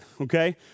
Okay